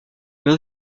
mais